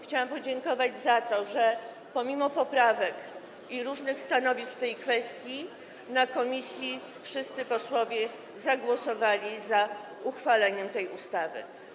Chciałam podziękować za to, że pomimo poprawek i różnych stanowisk w tej kwestii na posiedzeniu komisji wszyscy posłowie zagłosowali za uchwaleniem tej ustawy.